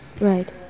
Right